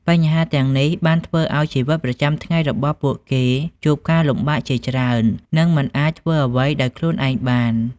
បញ្ហាទាំងនេះបានធ្វើឱ្យជីវិតប្រចាំថ្ងៃរបស់ពួកគេជួបការលំបាកជាច្រើន និងមិនអាចធ្វើអ្វីដោយខ្លួនឯងបាន។